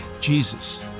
jesus